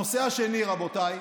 הנושא השני, רבותיי,